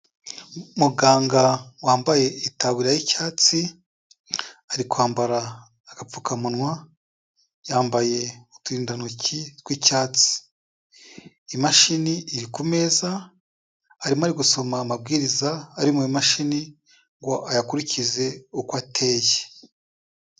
Muganga wambaye itaburiya y'icyatsi, ari kwambara agapfukamunwa, yambaye uturindantoki tw'icyatsi, imashini iri ku meza arimo ari gusoma amabwiriza ari mu mashini ngo ayakurikize uko ateye.